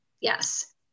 Yes